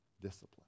discipline